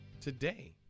today